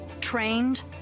trained